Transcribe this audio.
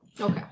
Okay